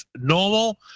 Normal